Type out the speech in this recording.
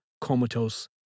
comatose